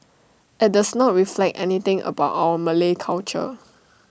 IT does not reflect anything about our Malay culture